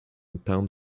pound